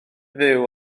fyw